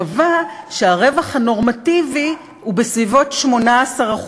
קבע שהרווח הנורמטיבי הוא בסביבות 18%,